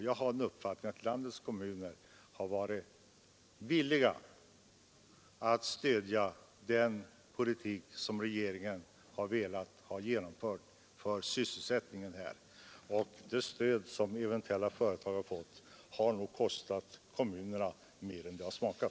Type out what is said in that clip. Jag har den uppfattningen att landets kommuner har varit villiga att stödja den politik som regeringen har velat få genomförd för sysselsättningen. Det stöd som företag eventuellt fått har nog kostat kommunerna mer än det har smakat.